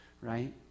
right